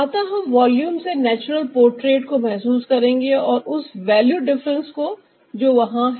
अतः हम वॉल्यूम से नेचुरल पोट्रेट को महसूस करेंगे और उस वैल्यू डिफरेंस को जो वहां है